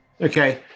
Okay